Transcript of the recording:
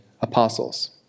apostles